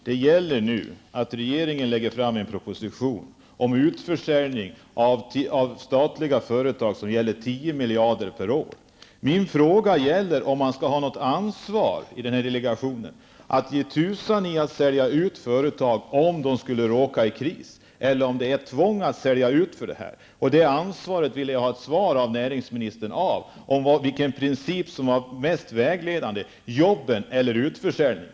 Herr talman! Regeringen lägger fram en proposition om utförsäljning av statliga företag för tio miljarder per år. Skall delegationen ha något ansvar och skall den ge tusan i att sälja ut företag om de skulle råka i kris? Eller är det något tvång att en utförsäljning skall ske? Vilken princip är mest vägledande? Jobben eller utförsäljningen?